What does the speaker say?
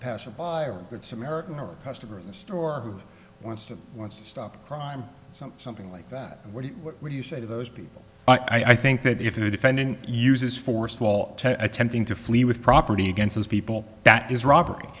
pacifier a good samaritan or a customer in the store who wants to wants to stop crime something like that what would you say to those people i think that if in a defendant uses force while attempting to flee with property against those people that is robbery